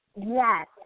Yes